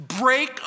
break